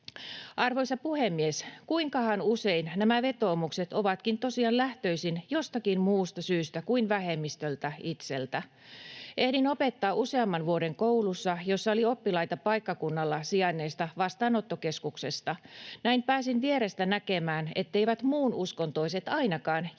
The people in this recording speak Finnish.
Arvoisa puhemies! Kuinkahan usein nämä vetoomukset ovatkin tosiaan lähtöisin jostakin muusta syystä kuin vähemmistöltä itseltä? Ehdin opettaa useamman vuoden koulussa, jossa oli oppilaita paikkakunnalla sijainneesta vastaanottokeskuksesta. Näin pääsin vierestä näkemään, etteivät muun uskontoiset ainakaan järjestelmällisesti